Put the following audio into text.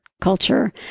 culture